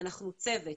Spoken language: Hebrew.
אנחנו צוות,